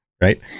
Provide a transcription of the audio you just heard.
right